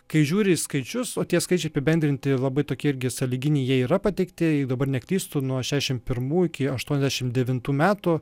kai žiūri į skaičius o tie skaičiai apibendrinti labai tokie irgi sąlyginiai jie yra pateikti jei dabar neklystu nuo šešiasdešimt pirmų iki aštuoniasdešimt devintų metų